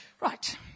right